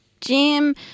Jim